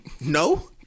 No